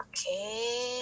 Okay